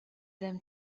them